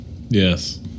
Yes